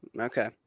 okay